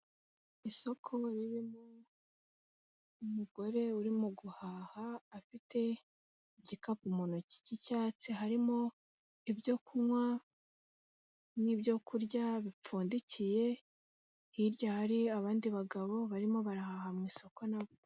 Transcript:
Isoko ribimo, umugore uri mu guhaha, afite igikapu mu ntoki cy'icyatsi, harimo ibyo kunywa, n'ibyo kurya bipfundikiye, hirya hari abandi bagabo barimo barahaha mu isoko nabo.